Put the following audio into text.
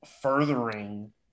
furthering